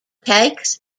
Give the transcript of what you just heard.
takes